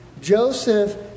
Joseph